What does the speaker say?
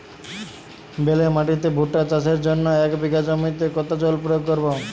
বেলে মাটিতে ভুট্টা চাষের জন্য এক বিঘা জমিতে কতো জল প্রয়োগ করব?